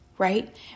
Right